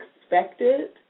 expected